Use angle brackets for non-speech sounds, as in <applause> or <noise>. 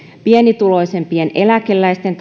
pienituloisimpien eläkeläisten <unintelligible>